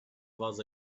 was